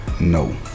No